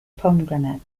pomegranate